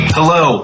Hello